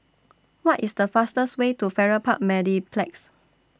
What IS The fastest Way to Farrer Park Mediplex